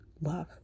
love